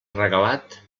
regalat